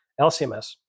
lcms